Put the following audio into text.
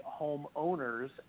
homeowners